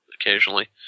occasionally